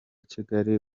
kigali